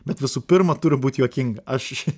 bet visų pirma turi būt juokinga aš